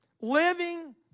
Living